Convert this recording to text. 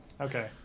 Okay